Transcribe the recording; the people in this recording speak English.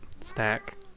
snack